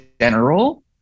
general